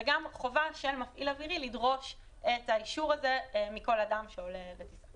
וגם חובה של מפעיל אווירי לדרוש את האישור הזה מכל אדם שעולה לטיסה